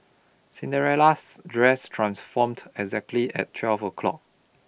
Cinderella's dress transformed exactly at twelve o' clock